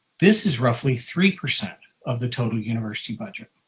this is roughly three percent of the total university budget.